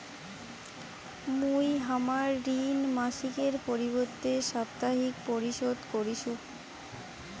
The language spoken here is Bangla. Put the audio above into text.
মুই হামার ঋণ মাসিকের পরিবর্তে সাপ্তাহিক পরিশোধ করিসু